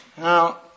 Now